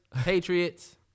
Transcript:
Patriots